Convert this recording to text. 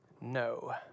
No